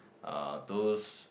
uh those